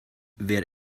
wer